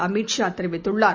அமித் ஷா தெரிவித்துள்ளார்